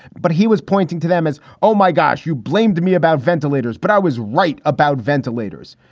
but he was pointing to them as, oh, my gosh, you blamed me about ventilators. but i was right about ventilators.